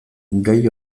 gai